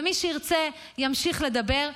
ומי שירצה ימשיך לדבר,